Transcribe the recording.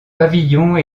pavillons